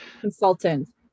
consultant